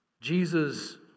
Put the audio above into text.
Jesus